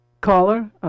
Caller